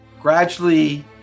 gradually